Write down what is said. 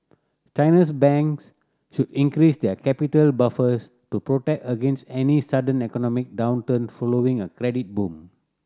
China's banks should increase their capital buffers to protect against any sudden economic downturn following a credit boom